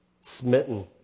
smitten